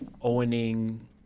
owning